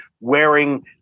wearing